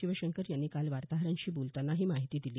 शिवशंकर यांनी काल वार्ताहरांशी बोलतांना ही माहिती दिली